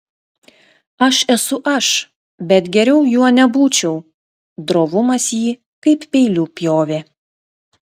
aš esu aš bet geriau juo nebūčiau drovumas jį kaip peiliu pjovė